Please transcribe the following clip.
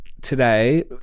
today